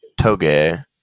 toge